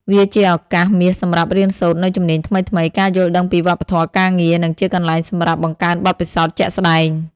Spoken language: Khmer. វាជា ឱកាសមាសសម្រាប់រៀនសូត្រ នូវជំនាញថ្មីៗ ការយល់ដឹងពីវប្បធម៌ការងារ និងជាកន្លែងសម្រាប់ បង្កើនបទពិសោធន៍ជាក់ស្ដែង។